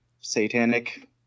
satanic